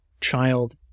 child